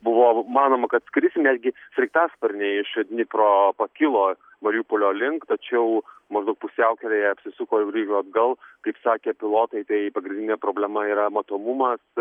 buvo manoma kad skris netgi sraigtasparniai iš dnipro pakilo mariupolio link tačiau maždaug pusiaukelėje apsisuko ir grįžo atgal kaip sakė pilotai tai pagrindinė problema yra matomumas